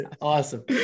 Awesome